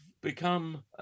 become